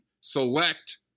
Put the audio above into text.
select